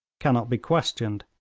cannot be questioned,